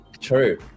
True